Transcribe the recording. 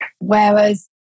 Whereas